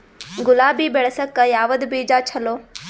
ಗುಲಾಬಿ ಬೆಳಸಕ್ಕ ಯಾವದ ಬೀಜಾ ಚಲೋ?